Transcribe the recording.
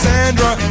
Sandra